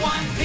One